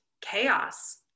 chaos